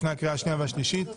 לפני הקריאה השנייה והשלישית.